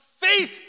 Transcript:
faith